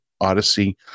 odyssey